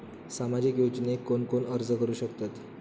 सामाजिक योजनेक कोण कोण अर्ज करू शकतत?